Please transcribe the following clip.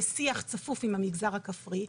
בשיח צפוף עם המגזר הכפרי,